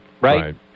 right